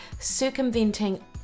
circumventing